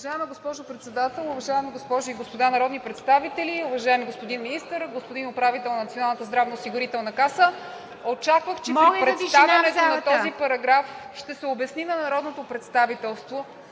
Уважаема госпожо Председател, уважаеми госпожи и господа народни представители! Господин Министър, господин управител на Националната здравноосигурителна каса! Очаквах, че представянето на този параграф ще обясни на Народното представителство,